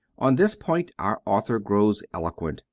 on this point our author grows eloquent,